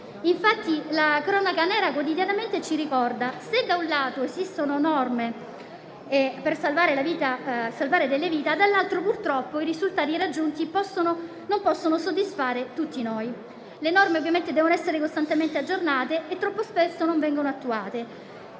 lunga. La cronaca nera, infatti, quotidianamente ci ricorda che - se da un lato - esistono norme per salvare delle vite - dall'altro - purtroppo i risultati raggiunti non possono soddisfare tutti noi. Le norme ovviamente devono essere costantemente aggiornate e troppo spesso non vengono attuate.